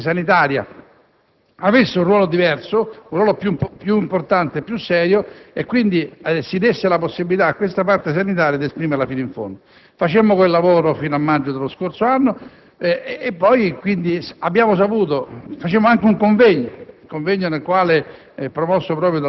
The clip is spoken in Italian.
c'era l'esigenza che la parte strettamente sanitaria avesse un ruolo diverso, un ruolo più importante e più serio, e quindi si desse la possibilità a questa parte sanitaria di esprimersi fino in fondo. Facemmo quel lavoro fino a maggio dello scorso anno e facemmo anche